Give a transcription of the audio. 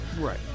Right